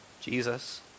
Jesus